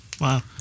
Wow